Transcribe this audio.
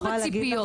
לא בציפיות.